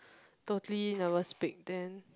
totally never speak then